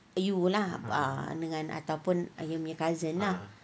you lah ataupun you punya cousin ah